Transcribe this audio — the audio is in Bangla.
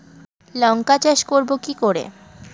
লঙ্কা চাষ করব কি করে?